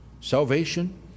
Salvation